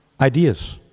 ideas